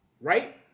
right